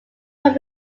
from